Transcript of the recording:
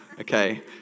Okay